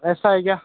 ऐसा है क्या